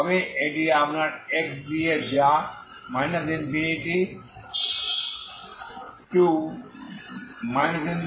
তবে এটি আপনার x দিক যা ∞∞